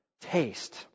taste